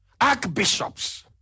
archbishops